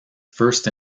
first